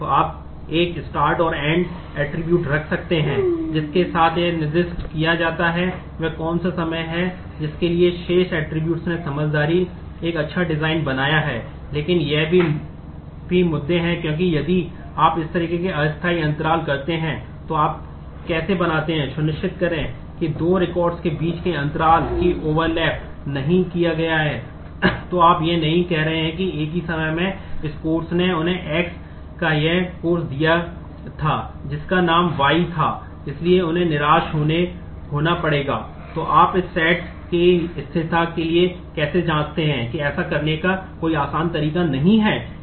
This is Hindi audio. तो आप एक start और end ऐट्रिब्यूट् की इस स्थिरता के लिए कैसे जांचते हैं ऐसा करने का कोई आसान तरीका नहीं है